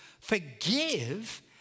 forgive